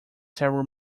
several